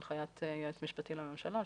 הנחיית היועץ המשפטי לממשלה,